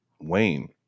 Wayne